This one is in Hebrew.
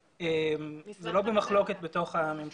זה לא במחלוקת בתוך הממשלה.